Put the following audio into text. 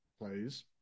plays